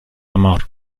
amor